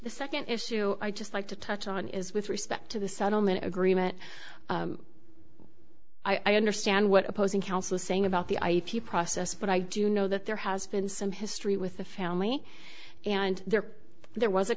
second issue i'd just like to touch on is with respect to the settlement agreement i understand what opposing counsel is saying about the ip process but i do know that there has been some history with the family and there there was a